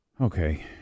Okay